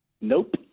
Nope